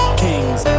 kings